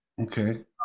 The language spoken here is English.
Okay